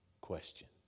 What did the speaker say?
question